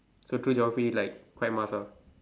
so through geography like quite must ah